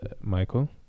michael